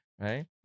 right